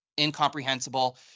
incomprehensible